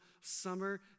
summer